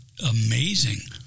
amazing